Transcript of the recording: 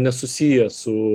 nesusiję su